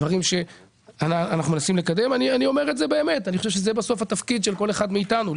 אני חושב שהתפקיד של כל אחד מאיתנו הוא